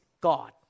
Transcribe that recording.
God